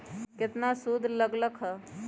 केतना सूद लग लक ह?